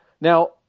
Now